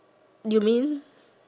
you mean